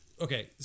okay